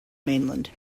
mainland